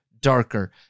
darker